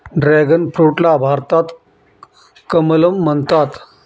dragon फ्रूटला भारतात कमलम म्हणतात